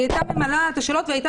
היא הייתה ממלאת את השאלות והייתה